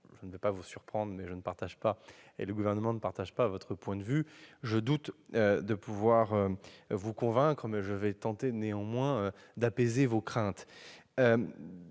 je ne vais pas vous surprendre : le Gouvernement ne partage pas votre point de vue. Je doute de pouvoir vous convaincre, mais je vais tenter d'apaiser vos craintes.